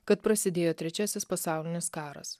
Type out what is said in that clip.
kad prasidėjo trečiasis pasaulinis karas